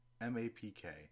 MAPK